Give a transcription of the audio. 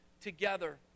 together